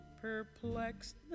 perplexed